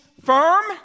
firm